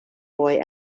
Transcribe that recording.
boy